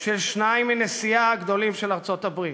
של שניים מנשיאיה הגדולים של ארצות-הברית,